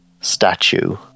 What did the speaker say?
statue